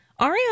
Ariana